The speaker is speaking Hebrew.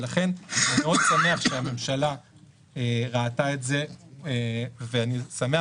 ולכן אני מאוד שמח שהממשלה ראתה את זה ואני שמח